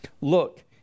Look